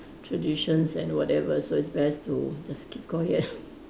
traditions and whatever so it's best to just keep quiet